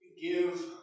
give